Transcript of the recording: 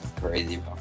Crazy